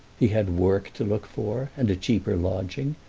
he had work to look for, and a cheaper lodging,